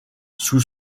sous